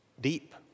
deep